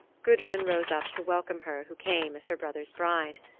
gudrun rose up to welcome her who came as her brother's bride.